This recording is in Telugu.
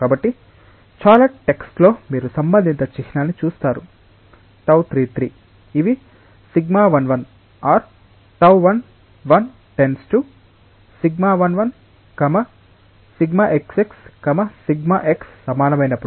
కాబట్టి చాలా టెక్స్ట్ లో మీరు సంబంధిత చిహ్నాన్ని చూస్తారు τ33 ఇవి σ11 or τ11 → σ11σ xx σ x సమానమైనప్పుడు